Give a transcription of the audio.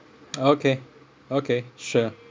okay okay sure